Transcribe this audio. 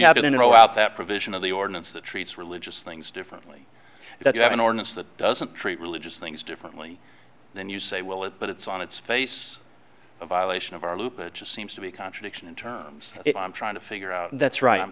it in a row out that provision of the ordinance that treats religious things differently that you have an ordinance that doesn't treat religious things differently then you say well it but it's on its face a violation of our loop it just seems to be a contradiction in terms if i'm trying to figure out that's right